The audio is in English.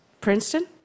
Princeton